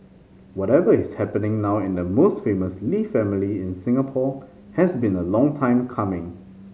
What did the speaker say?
whatever is happening now in the most famous Lee family in Singapore has been a long time coming